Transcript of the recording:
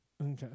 Okay